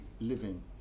living